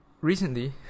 Recently